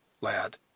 lad